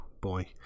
Boy